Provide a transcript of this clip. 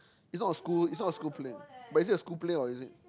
is not a school is not a school play but is it a school play or is it